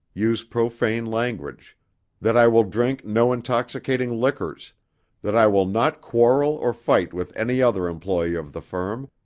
use profane language that i will drink no intoxicating liquors that i will not quarrel or fight with any other employe of the firm,